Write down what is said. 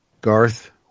Garth